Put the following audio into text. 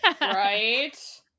right